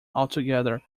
altogether